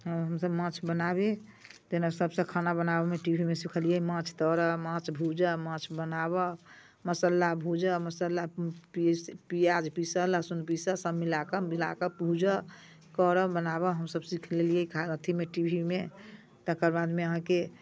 हमसभ माछ बनाबी जेना सभसँ खाना बनाबयमे टीवीमे सिखलियै माछ तरय माछ भूजय माछ बनाबय मसाला भूजय मसाला पीस प्याज पीसय लहसुन पीसय सभ मिला कऽ मिला कऽ भूजय करय बनाबय हमसभ सीख लेलियै खाना अथीमे टी वी मे तकर बादमे अहाँके